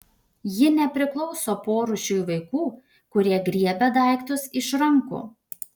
ji nepriklauso porūšiui vaikų kurie griebia daiktus iš rankų